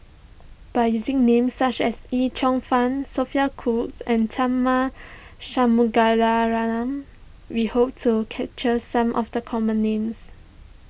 by using names such as Yip Cheong Fun Sophia Cooke and Tharman Shanmugaratnam we hope to capture some of the common names